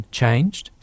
changed